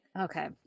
Okay